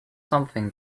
something